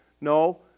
No